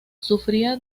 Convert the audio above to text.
sufría